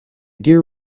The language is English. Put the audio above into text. dear